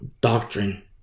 doctrine